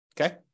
Okay